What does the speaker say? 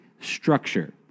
structure